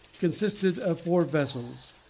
consisted of four vessels,